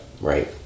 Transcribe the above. right